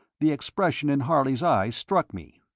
the expression in harley's eyes struck me.